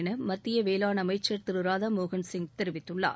என மத்திய வேளாண் அமைச்சர் திரு ராதாமோகன் சிங் தெரிவித்துள்ளார்